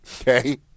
Okay